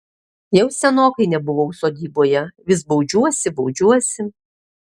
jau senokai nebuvau sodyboje vis baudžiuosi baudžiuosi